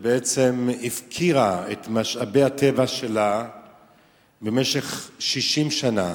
שבעצם הפקירה את משאבי הטבע שלה במשך 60 שנה.